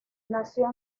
nació